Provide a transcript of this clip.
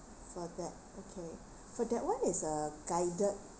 for that okay for that [one] is a guided